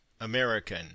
American